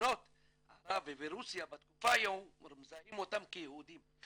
במדינות ערב וברוסיה היו מזהים אותם כיהודים.